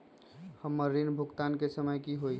हमर ऋण भुगतान के समय कि होई?